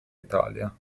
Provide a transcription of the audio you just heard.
italia